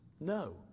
No